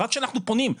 רק שאנחנו פונים,